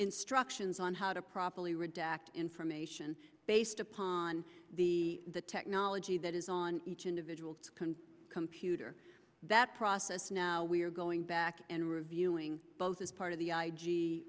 instructions on how to properly redact information based upon the the technology that is on each individual disk and computer that process now we are going back and reviewing both as part of the